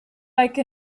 like